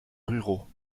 ruraux